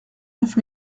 neuf